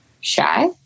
shy